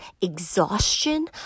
exhaustion